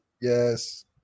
Yes